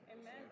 Amen